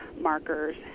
markers